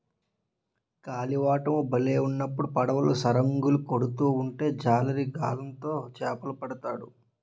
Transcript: గాలివాటము బాలేనప్పుడు పడవలు సరంగులు కొడుతూ ఉంటే జాలరి గాలం తో చేపలు పడతాడు